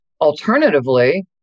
Alternatively